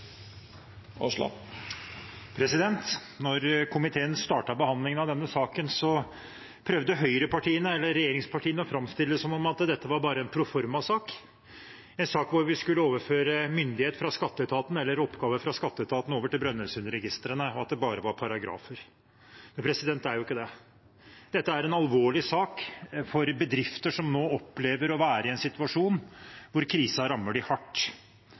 denne saken, prøvde regjeringspartiene å framstille det som om dette var bare en proformasak, en sak hvor vi skulle overføre oppgaver fra skatteetaten over til Brønnøysundregistrene, og at det bare var paragrafer. Men det er jo ikke det. Dette er en alvorlig sak for bedrifter som nå opplever å være i en situasjon hvor krisen rammer dem hardt.